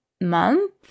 month